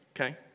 okay